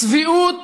צביעות.